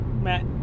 Matt